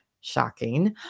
shocking